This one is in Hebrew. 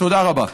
תודה רבה.